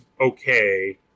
okay